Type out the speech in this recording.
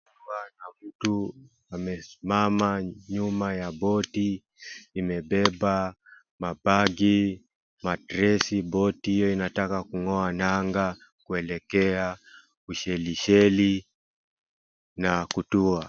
Hapa kuna mtu amesimama nyuma ya boti imebeba mabagi, matresi , boti hiyo inataka kung'oa nanga kuelekea Ushelisheli na kutua.